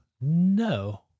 no